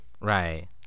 Right